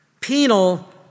Penal